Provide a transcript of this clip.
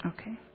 Okay